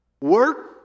Work